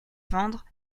vendre